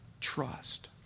trust